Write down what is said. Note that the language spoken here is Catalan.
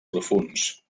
profunds